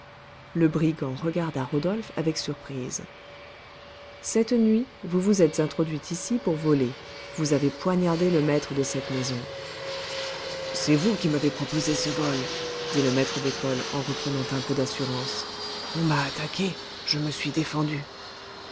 le brigand regarda rodolphe avec surprise cette nuit vous vous êtes introduit ici pour voler vous avez poignardé le maître de cette maison c'est vous qui m'avez proposé ce vol dit le maître d'école en reprenant un peu d'assurance on m'a attaqué je me suis défendu